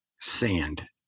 sand